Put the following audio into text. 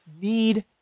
need